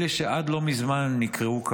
אלה שעד לא מזמן נקראו כבאים.